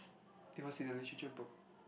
it was in a literature book